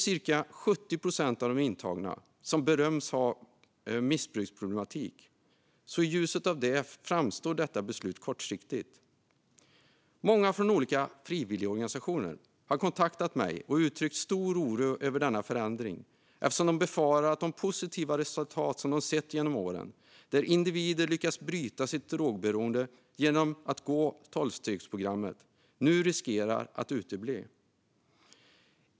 Cirka 70 procent av de intagna bedöms ha missbruksproblematik. I ljuset av detta framstår beslutet som kortsiktigt. Många från olika frivilligorganisationer har kontaktat mig och uttryckt stor oro över denna förändring, eftersom de befarar att de positiva resultat som de sett genom åren där individer lyckats bryta sitt drogberoende genom att gå tolvstegsprogrammet nu riskerar att utebli.